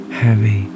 heavy